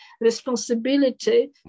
responsibility